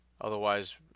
Otherwise